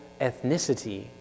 ethnicity